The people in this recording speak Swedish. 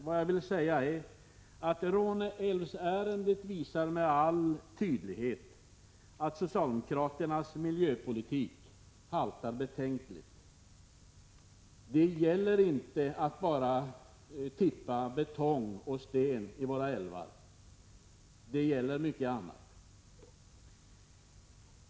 Vad jag vill säga är bara att Råneälvsärendet med all önskvärd tydlighet visar att socialdemokraternas miljöpolitik haltar betänkligt. Det gäller inte bara att tippa betong och sten i våra älvar utan också mycket annat.